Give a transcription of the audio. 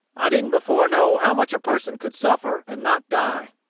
i didn't before know how much a person could suffer and not die.